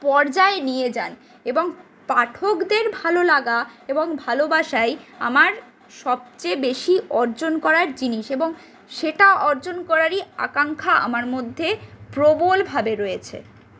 পর্যায় নিয়ে যান এবং পাঠকদের ভালোলাগা এবং ভালোবাসাই আমার সবচেয়ে বেশি অর্জন করার জিনিস এবং সেটা অর্জন করারই আকাঙ্খা আমার মধ্যে প্রবলভাবে রয়েছে